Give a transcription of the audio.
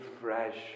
fresh